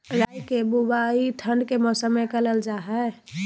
राई के बुवाई ठण्ड के मौसम में करल जा हइ